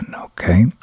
okay